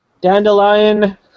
Dandelion